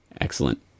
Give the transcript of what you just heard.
Excellent